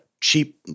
cheap